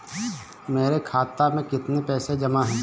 मेरे खाता में कितनी पैसे जमा हैं?